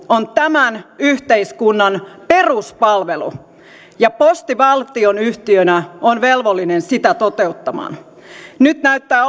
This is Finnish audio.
on tämän yhteiskunnan peruspalvelu ja posti valtionyhtiönä on velvollinen sitä toteuttamaan nyt näyttää